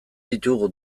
ditugu